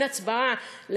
בין הצבעה,